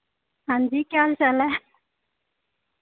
हांजी केह् हाल चाल ऐ